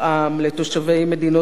אם לתושבי מדינות אויב,